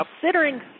considering